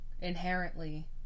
inherently